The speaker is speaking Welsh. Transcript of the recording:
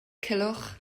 culhwch